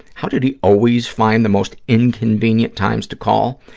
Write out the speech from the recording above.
how did he always find the most inconvenient times to call.